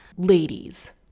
Ladies